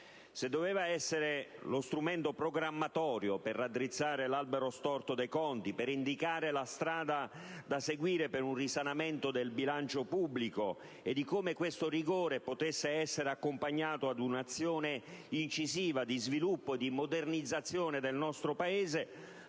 Se doveva essere lo strumento programmatorio per raddrizzare l'albero storto dei conti, per indicare la strada da seguire per un risanamento del bilancio pubblico e di come questo rigore potesse essere accompagnato ad un'azione incisiva di sviluppo e di modernizzazione del nostro Paese,